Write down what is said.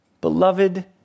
Beloved